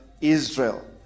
israel